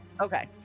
Okay